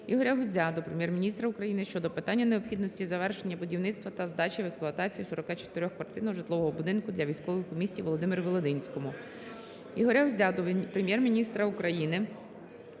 Ігоря Гузя до Прем'єр-міністра України щодо питання необхідності завершення будівництва та здачі в експлуатацію 44-квартирного житлового будинку для військових у місті Володимирі-Волинському. Ігоря Гузя до Прем'єр-міністра України